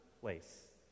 place